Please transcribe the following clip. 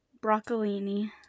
Broccolini